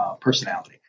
personality